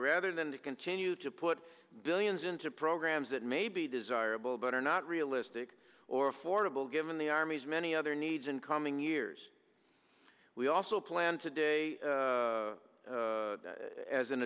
rather than to continue to put billions into programs that may be desirable but are not realistic or affordable given the army's many other needs in coming years we also plan today as a